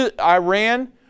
Iran